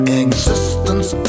existence